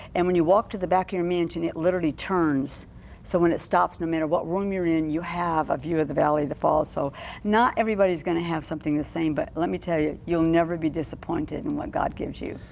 and when you walked to the back of your mansion it literally turns so when it stops. no matter what room you're in. you have of view of the valley of the falls so not everybody is going to have something the same but let me tell you you'll never be disappointed with and what god gives you.